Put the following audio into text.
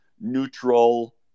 neutral